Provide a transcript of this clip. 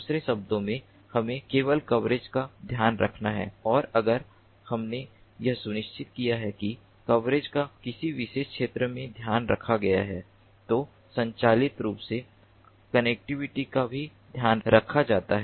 दूसरे शब्दों में हमें केवल कवरेज का ध्यान रखना है और अगर हमने यह सुनिश्चित किया है कि कवरेज का किसी विशेष क्षेत्र में ध्यान रखा गया है तो स्वचालित रूप से कनेक्टिविटी का भी ध्यान रखा जाता है